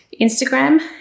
Instagram